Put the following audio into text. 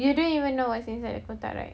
they don't even know what is inside the kotak right